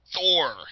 Thor